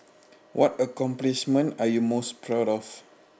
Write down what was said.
what accomplishment are you most proud of